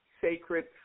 Sacred